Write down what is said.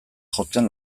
jotzen